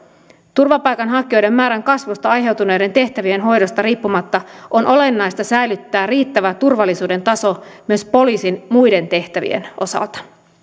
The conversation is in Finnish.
turvapaikanhakijoiden määrän kasvusta aiheutuneiden tehtävien hoidosta riippumatta on olennaista säilyttää riittävä turvallisuuden taso myös poliisin muiden tehtävien osalta